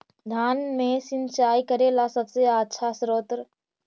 धान मे सिंचाई करे ला सबसे आछा स्त्रोत्र?